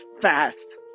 Fast